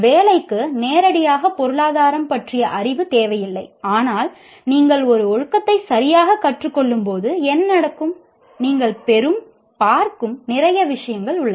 வேலைக்கு நேரடியாக பொருளாதாரம் பற்றிய அறிவு தேவையில்லை ஆனால் நீங்கள் ஒரு ஒழுக்கத்தை சரியாகக் கற்றுக் கொள்ளும்போது என்ன நடக்கும் நீங்கள் பெறும் பார்க்கும் நிறைய விஷயங்கள் உள்ளன